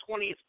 20th